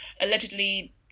Allegedly